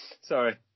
Sorry